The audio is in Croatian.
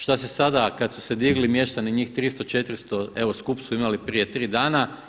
Šta si sada kad su se digli mještani njih 300, 400, evo skup su imali prije tri dana.